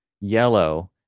yellow